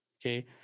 Okay